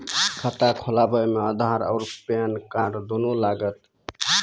खाता खोलबे मे आधार और पेन कार्ड दोनों लागत?